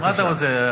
מה אתה רוצה?